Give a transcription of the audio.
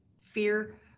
fear